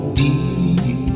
deep